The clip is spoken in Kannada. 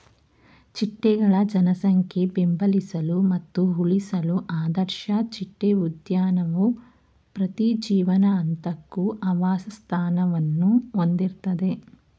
ಚಿಟ್ಟೆಗಳ ಜನಸಂಖ್ಯೆ ಬೆಂಬಲಿಸಲು ಮತ್ತು ಉಳಿಸಲು ಆದರ್ಶ ಚಿಟ್ಟೆ ಉದ್ಯಾನವು ಪ್ರತಿ ಜೀವನ ಹಂತಕ್ಕೂ ಆವಾಸಸ್ಥಾನವನ್ನು ಹೊಂದಿರ್ತದೆ